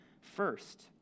first